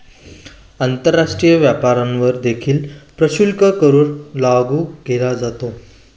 आंतरराष्ट्रीय व्यापारावर देखील प्रशुल्क कर लागू केला जातो